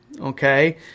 Okay